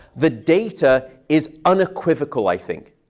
the data is unequivocal, i think.